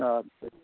আচ্ছা